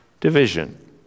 division